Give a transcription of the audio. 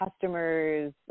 customers